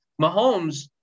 Mahomes